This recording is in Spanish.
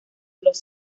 los